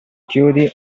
chiodi